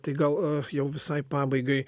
tai gal jau visai pabaigai